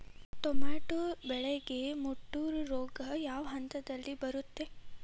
Tomato ಬೆಳೆಗೆ ಮುಟೂರು ರೋಗ ಯಾವ ಹಂತದಲ್ಲಿ ಬರುತ್ತೆ?